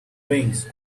wings